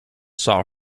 saw